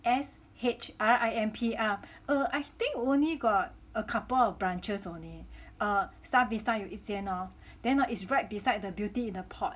S H R I M P ah err I think only got a couple of branches only err star vista 有一间咯 then hor it's [right] beside the Beauty In A Pot